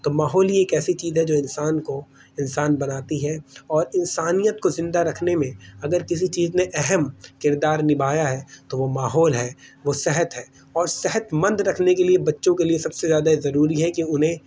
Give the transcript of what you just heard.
تو ماحول ہی ایک ایسی چیز ہے جو انسان کو انسان بناتی ہے اور انسانیت کو زندہ رکھنے میں اگر کسی چیز نے اہم کردار نبھایا ہے تو وہ ماحول ہے وہ صحت ہے اور صحتمند رکھنے کے لیے بچوں کے لیے سب سے زیادہ ضروری ہے کہ انہیں